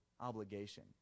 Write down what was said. obligation